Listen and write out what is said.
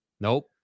Nope